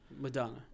Madonna